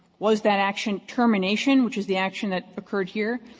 was that action termination, which is the action that occurred here,